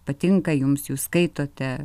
patinka jums jūs skaitote